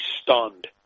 stunned